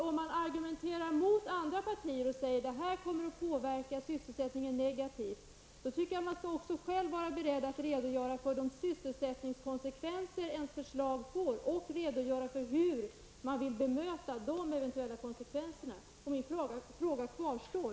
Om man argumenterar mot andra partier och säger att deras förslag kommer att påverka sysselsättningen negativt, skall man också själv vara beredd att redogöra för de konsekvenser för sysselsättningen ens eget förslag får och hur man vill bemöta dessa eventuella konsekvenser. Min fråga kvarstår.